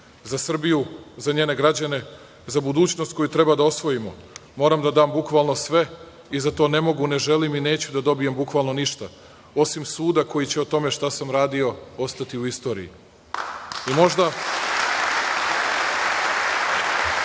za Srbiju, za njene građane, za budućnost koju treba da osvojimo. Moram da dam bukvalno sve i za to ne mogu, ne želim i neću da dobijem bukvalno ništa, osim suda koji će o tome šta sam radio ostati u istoriji. Možda